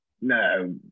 no